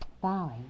bowing